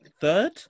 third